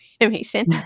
animation